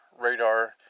radar